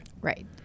Right